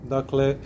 Dakle